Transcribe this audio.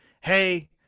hey